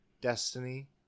Destiny